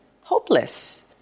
hopeless